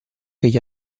gli